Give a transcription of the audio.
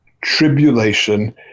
tribulation